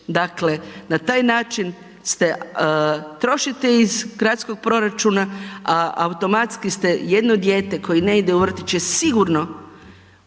Dakle, na taj način ste, trošite iz gradskog proračuna, a automatski ste jedno dijete koje ne ide u vrtić je sigurno